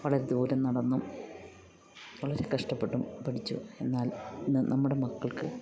വളരെ ദൂരം നടന്നും വളരെ കഷ്ടപ്പെട്ടും പഠിച്ചു എന്നാൽ ഇന്ന് നമ്മുടെ മക്കൾക്ക്